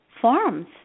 forums